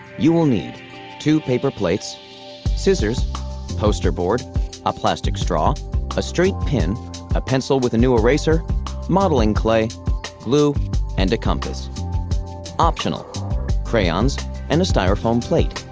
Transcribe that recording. you will need two paper plates scissors poster board ah plastic straw ah straight pin pencil with new eraser modeling clay glue and compass crayons and styrofoam plate